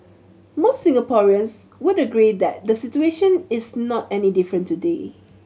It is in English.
most Singaporeans would agree that the situation is not any different today